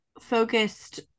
focused